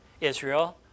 Israel